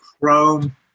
chrome